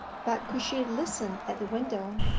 but could she listen at the window,